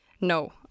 No